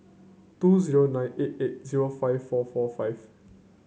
two zero nine eight eight zero five four four five